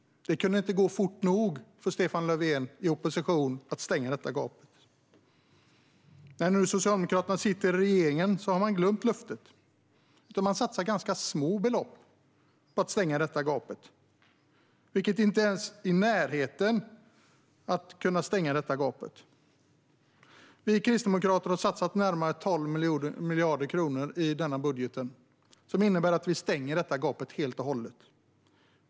Det kunde inte gå fort nog för Stefan Löfven i opposition att stänga detta gap. När nu Socialdemokraterna sitter i regeringen har man glömt löftet. Man satsar ganska små belopp på att stänga gapet, vilket gör att man inte ens kommer i närheten av att kunna stänga det. Vi kristdemokrater har satsat närmare 12 miljarder kronor i vår budget, vilket innebär att vi kan stänga detta gap helt och hållet.